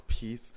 peace